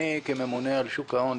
אני כממונה על שוק ההון,